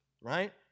right